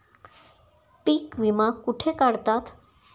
पीक विमा कुठे काढतात?